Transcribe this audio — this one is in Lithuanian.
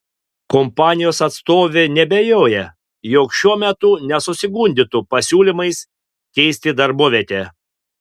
kompanijos atstovė neabejoja jog šiuo metu nesusigundytų pasiūlymais keisti darbovietę